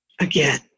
again